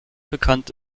bekannt